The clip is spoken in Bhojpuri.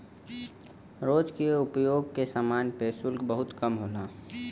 रोज के उपयोग के समान पे शुल्क बहुत कम होला